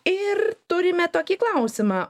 ir turime tokį klausimą